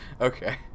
Okay